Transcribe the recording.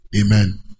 Amen